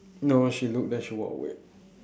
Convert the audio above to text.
no she look then she walk away